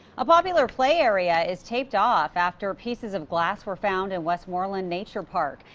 a popular play area is taped off, after pieces of glass were found in westmoreland nature park.